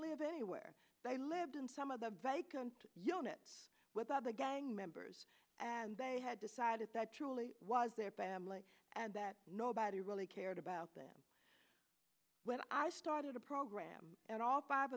live anywhere they lived in some of the vacant units without the gang members and they had decided that truly was their family and that nobody really cared about them when i started a program in all five